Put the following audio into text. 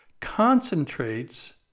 concentrates